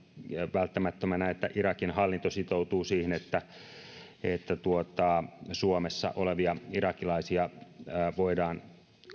välttämättömänä että irakin hallinto sitoutuu siihen että suomessa olevia irakilaisia voidaan